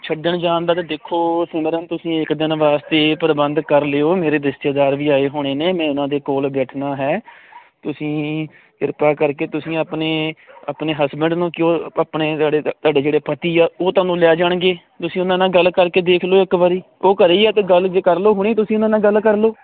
ਛੱਡਣ ਜਾਣ ਦਾ ਤੇ ਦੇਖੋ ਸਿਮਰਨ ਤੁਸੀਂ ਇਕ ਦਿਨ ਵਾਸਤੇ ਪ੍ਰਬੰਧ ਕਰ ਲਿਓ ਮੇਰੇ ਰਿਸ਼ਤੇਦਾਰ ਵੀ ਆਏ ਹੋਣੇ ਨੇ ਮੈਂ ਉਹਨਾਂ ਦੇ ਕੋਲ ਬੈਠਣਾ ਹੈ ਤੁਸੀਂ ਕਿਰਪਾ ਕਰਕੇ ਤੁਸੀਂ ਆਪਣੇ ਆਪਣੇ ਹਸਬੈਂਡ ਨੂੰ ਕਿਹੋ ਆਪਣੇ ਜਿਹੜੇ ਪਤੀ ਆ ਉਹ ਥੋਨੂੰ ਲੈ ਜਾਣਗੇ ਤੁਸੀਂ ਉਹਨਾਂ ਨਾਲ ਗੱਲ ਕਰਕੇ ਦੇਖ ਲਿਓ ਇੱਕ ਵਾਰੀ ਉਹ ਘਰੇ ਈ ਆ ਤੇ ਗੱਲ ਕਰਲੋ ਹੁਣੀ ਤੁਸੀਂ ਉਨਾਂ ਨਾਲ ਗੱਲ ਕਰਲੋ